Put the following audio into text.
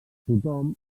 tothom